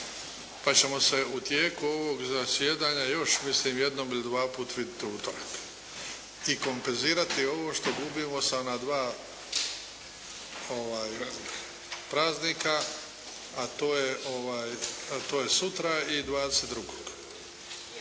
pa ćemo se u tijeku ovog zasjedanja još, mislim, jednom ili dvaput vidjeti u utorak, i kompenzirati ovo što gubimo sa ona dva praznika, a to je sutra i 22.